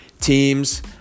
teams